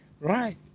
Right